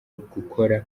gukora